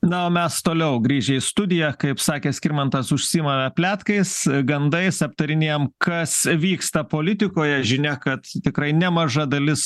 na o mes toliau grįžę į studiją kaip sakė skirmantas užsiimame pletkais gandais aptarinėjam kas vyksta politikoje žinia kad tikrai nemaža dalis